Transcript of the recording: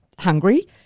Hungry